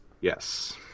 Yes